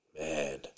Man